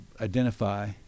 identify